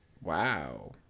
wow